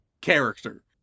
character